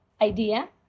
idea